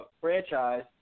franchise